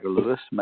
Lewis